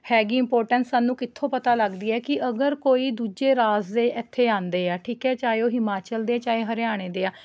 ਹੈਗੀ ਇਪੋਟੈਸ਼ ਸਾਨੂੰ ਕਿੱਥੋਂ ਪਤਾ ਲੱਗਦੀ ਹੈ ਕਿ ਅਗਰ ਕੋਈ ਦੂਜੇ ਰਾਜ ਦੇ ਇੱਥੇ ਆਉਂਦੇ ਹੈ ਠੀਕ ਹੈ ਚਾਹੇ ਉਹ ਹਿਮਾਚਲ ਦੇ ਚਾਹੇ ਹਰਿਆਣੇ ਦੇ ਆ